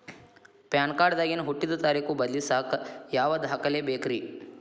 PAN card ದಾಗಿನ ಹುಟ್ಟಿದ ತಾರೇಖು ಬದಲಿಸಾಕ್ ಯಾವ ದಾಖಲೆ ಬೇಕ್ರಿ?